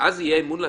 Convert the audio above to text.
יהיה אמון לציבור?